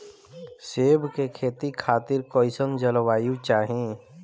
सेब के खेती खातिर कइसन जलवायु चाही?